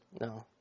No